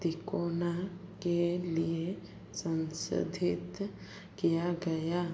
तिकोमा के लिए संसाधित किया गया